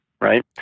right